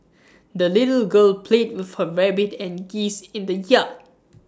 the little girl played with her rabbit and geese in the yard